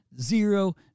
zero